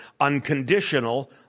unconditional